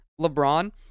LeBron